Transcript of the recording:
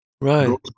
Right